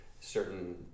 certain